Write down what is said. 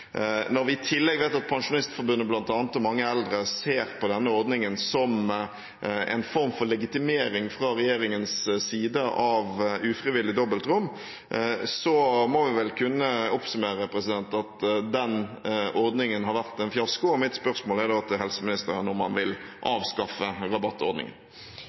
Når vi i tillegg vet at bl.a. Pensjonistforbundet og mange eldre ser på denne ordningen som en form for legitimering fra regjeringens side av ufrivillig dobbeltrom, må vi vel kunne oppsummere med at den ordningen har vært en fiasko. Mitt spørsmål til helseministeren er om han vil avskaffe rabattordningen.